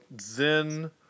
zen